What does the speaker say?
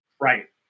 Right